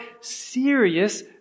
serious